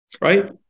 right